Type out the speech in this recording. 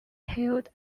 held